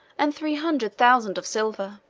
and three hundred thousand of silver,